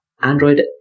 Android